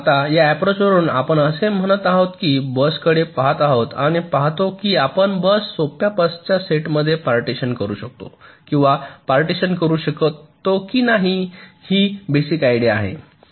आता या अप्रोच वरून आपण असे म्हणत आहोत की बसकडे पहात आहोत आणि पाहतो की आपण बस सोप्या बसच्या सेटमध्ये पार्टीशन करू शकतो किंवा पार्टीशन करू शकतो की नाही ही बेसिक आयडिया आहे